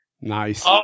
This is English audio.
nice